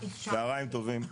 צהרים טובים.